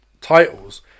titles